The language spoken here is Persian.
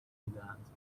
میدهند